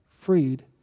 freed